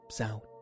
out